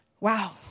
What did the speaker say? wow